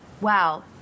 wow